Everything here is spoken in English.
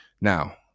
Now